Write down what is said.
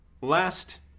Last